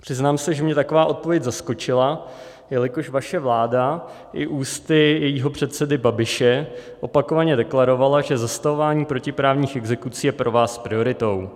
Přiznám se, že mě taková odpověď zaskočila, jelikož vaše vláda i ústy svého předsedy Babiše opakovaně deklarovala, že zastavování protiprávních exekucí je pro vás prioritou.